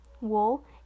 wool